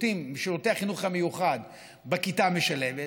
משירותי החינוך המיוחד בכיתה משלבת,